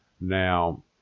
Now